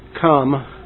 Come